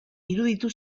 iruditu